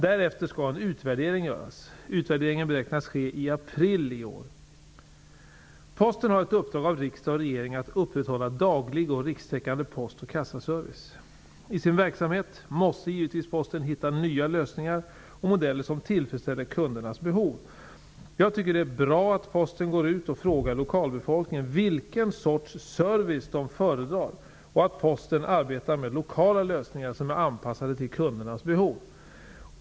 Därefter skall en utvärdering göras. Utvärdering beräknas ske i april i år. Posten har ett uppdrag av riksdag och regering att upprätthålla daglig och rikstäckande post och kassaservice. I sin verksamhet måste Posten givetvis hitta nya lösningar och modeller som tillfredsställer kundernas behov. Jag tycker det är bra att Posten går ut och frågar lokalbefolkningen vilken sorts service man föredrar och att Posten arbetar med lokala lösningar som är anpassade till kundernas behov.